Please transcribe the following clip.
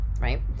Right